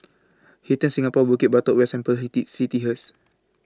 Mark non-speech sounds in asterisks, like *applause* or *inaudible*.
Hilton Singapore Bukit Batok West and Pearl's *unintelligible* City hers *noise*